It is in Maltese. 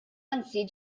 anzi